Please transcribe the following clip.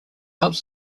helps